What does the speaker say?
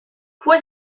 fue